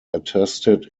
attested